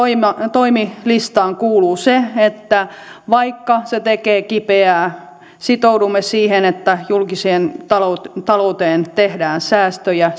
toimilistaan kuuluu se että vaikka se tekee kipeää sitoudumme siihen että julkiseen talouteen talouteen tehdään säästöjä